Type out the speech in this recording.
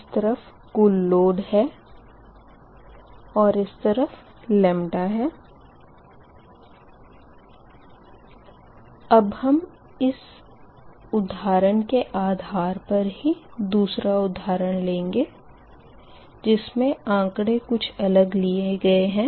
इस तरफ़ कुल लोड है और इस तरफ़ λ अब इस उधारण के आधार पर ही दूसरा उधारण लेंगे जिसमें आँकड़े कुछ अलग लिए गए है